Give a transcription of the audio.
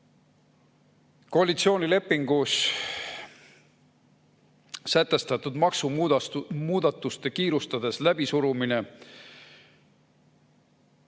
Koalitsioonilepingus sätestatud maksumuudatuste kiirustades läbisurumine on